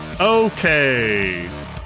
Okay